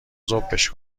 ذوبش